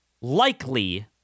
Likely